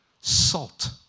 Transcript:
salt